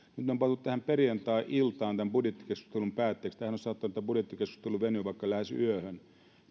ne on pantu tähän perjantai iltaan tämän budjettikeskustelun päätteeksi tämä budjettikeskusteluhan olisi saattanut venyä vaikka lähes yöhön eli onko